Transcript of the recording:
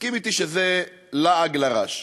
תסכים אתי שזה לעג לרש.